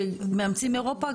שמאמצים אירופה,